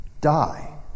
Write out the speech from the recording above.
die